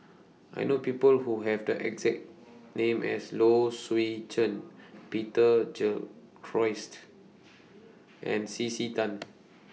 I know People Who Have The exact name as Low Swee Chen Peter Gilchrist and C C Tan